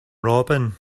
robin